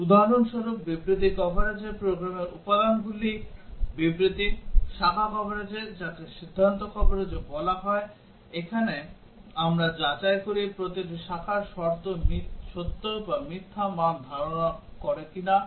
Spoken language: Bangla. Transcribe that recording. উদাহরণস্বরূপ বিবৃতি কভারেজে প্রোগ্রামের উপাদানগুলি বিবৃতি শাখা কভারেজে যাকে সিদ্ধান্ত কভারেজও বলা হয় এখানে আমরা যাচাই করি প্রতিটি শাখার শর্ত সত্য বা মিথ্যা মান ধারণ করে কিনা